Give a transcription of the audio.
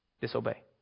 disobey